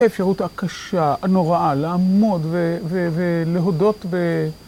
האפשרות הקשה, הנוראה, לעמוד ולהודות.